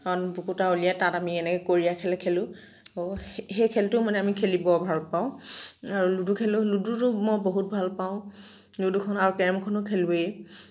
উলিয়াই তাত আমি এনেকৈ কৰিয়া খেল খেলোঁ সেই খেলটো মানে আমি খেলি বৰ ভাল পাওঁ আৰু লুডু খেলোঁ লুডুটো মই বহুত ভাল পাওঁ লুডুখনো আৰু কেৰমখনো খেলোঁৱেই